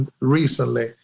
recently